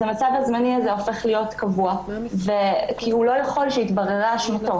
המצב הזמני הזה הופך להיות קבוע כי הוא לא יכול שתתברר אשמתו.